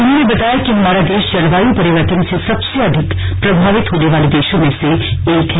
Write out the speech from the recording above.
उन्होंने बताया कि हमारा देश जलवायु परिवर्तन से सबसे अधिक प्रभावित होने वाले देशों में से एक है